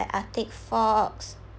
like arctic fox